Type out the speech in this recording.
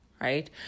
Right